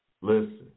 Listen